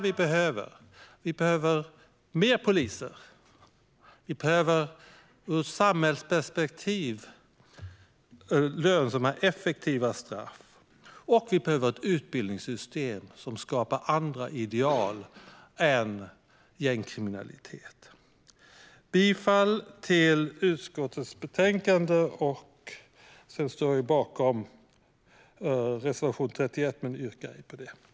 Vi behöver fler poliser, lönsamma och effektiva straff ur ett samhällsperspektiv och ett utbildningsystem som skapar andra ideal än gängkriminalitet. Jag yrkar bifall till utskottets förslag i betänkandet. Sedan står jag bakom reservation 31, men jag yrkar inte bifall till den.